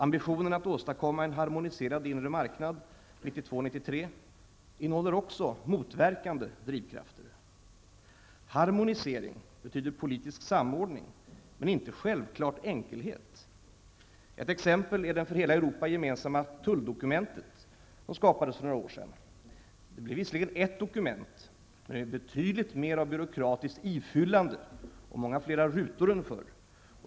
Ambitionen att åstadkomma en harmoniserad inre marknad 1992-1993 innehåller också motverkande drivkrafter. Harmonisering betyder politisk samordning men inte självklart enkelhet. Ett exempel är det för hela Europa gemensamma tulldokument som skapades för några år sedan. Det blev visserligen ett dokument men med betydligt mer av byråkratiskt ifyllande och många flera rutor än förr.